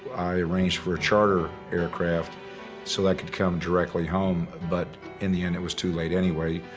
i arranged for a charter aircraft so i could come directly home, but in the end, it was too late anyway.